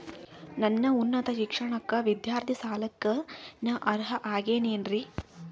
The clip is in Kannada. ನನ್ನ ಉನ್ನತ ಶಿಕ್ಷಣಕ್ಕ ವಿದ್ಯಾರ್ಥಿ ಸಾಲಕ್ಕ ನಾ ಅರ್ಹ ಆಗೇನೇನರಿ?